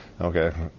Okay